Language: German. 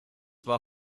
war